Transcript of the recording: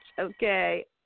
Okay